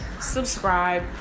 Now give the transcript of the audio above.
Subscribe